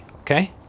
okay